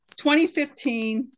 2015